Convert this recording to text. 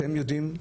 אתם יודעים,